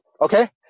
Okay